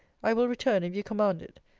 i will return, if you command it.